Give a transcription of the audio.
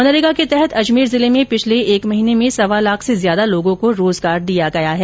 मनरेगा के तहत अजमेर जिले में पिछले एक महीने में सवा लाख से ज्यादा लोगों को रोजगार दिया गया है